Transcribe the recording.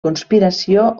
conspiració